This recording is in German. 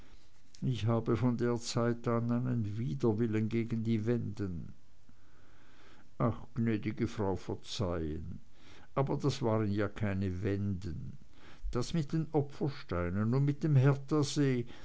ich habe von der zeit an einen widerwillen gegen die wenden ach gnäd'ge frau verzeihen aber das waren ja keine wenden das mit den opfersteinen und mit dem herthasee